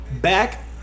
back